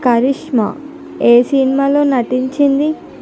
కరిష్మా ఏ సినిమాల్లో నటించింది